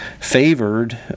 favored